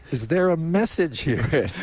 is there a message here?